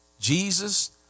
Jesus